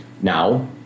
Now